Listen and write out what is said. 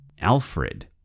Alfred